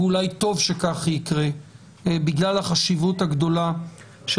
ואולי טוב שכך יקרה בגלל החשיבות הגדולה של